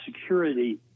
security